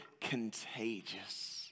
contagious